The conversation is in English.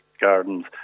gardens